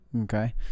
Okay